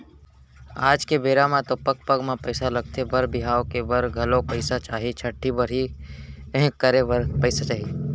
आज के बेरा म तो पग पग म पइसा लगथे बर बिहाव करे बर घलौ पइसा चाही, छठ्ठी बरही करे बर पइसा चाही